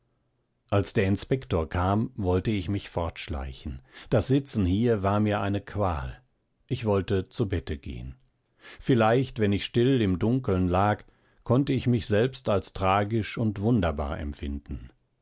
als der inspektor kam wollte ich mich fortschleichen das sitzen hier war mir eine qual ich wollte zu bette gehen vielleicht wenn ich still im dunkeln lag konnte ich mich selbst als tragisch und wunderbar empfinden